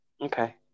Okay